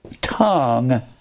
tongue